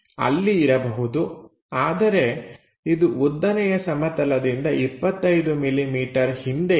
ಅಲ್ಲಿ ಇರಬಹುದು ಆದರೆ ಇದು ಉದ್ದನೆಯ ಸಮತಲದಿಂದ 25 ಮಿಲಿಮೀಟರ್ ಹಿಂದೆ ಇದೆ